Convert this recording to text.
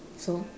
so